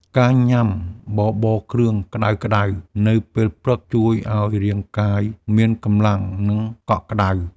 ការញ៉ាំបបរគ្រឿងក្តៅៗនៅពេលព្រឹក ជួយឱ្យរាងកាយមានកម្លាំង និងកក់ក្តៅ។